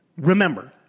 remember